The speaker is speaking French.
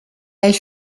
elle